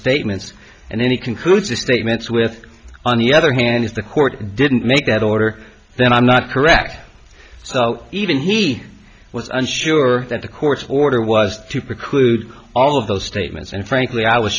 statements and then he concludes his statements with on the other hand if the court didn't make that order then i'm not correct so even he was unsure that the court's order was to preclude all of those statements and frankly i was